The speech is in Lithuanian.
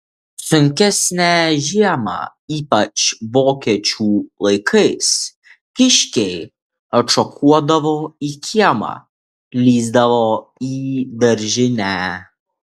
sunkesnę žiemą ypač vokiečių laikais kiškiai atšokuodavo į kiemą lįsdavo į daržinę